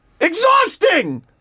Exhausting